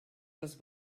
les